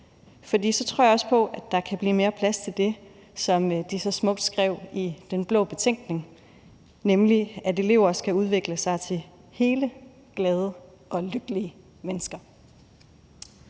For så tror jeg også på, at der kan blive mere plads til det, som de så smukt skrev i Den Blå Betænkning, nemlig at elever skal udvikle sig til hele, glade og lykkelige mennesker.